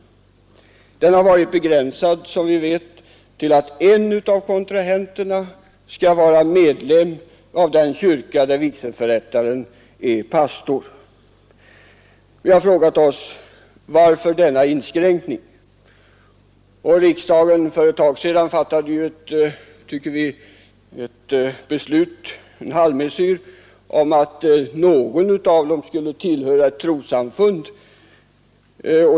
Den har, som vi vet, varit begränsad på så sätt att en av kontrahenterna skall vara medlem i den kyrka där vigselförrättaren är pastor. Vi har frågat oss: Varför denna inskränkning? För en tid sedan fattade riksdagen ett beslut, som vi tycker är en halvmesyr, om att någon av kontrahenterna skall tillhöra ett trossamfund.